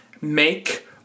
make